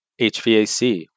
HVAC